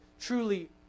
truly